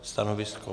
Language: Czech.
Stanovisko?